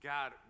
God